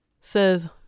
says